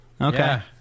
Okay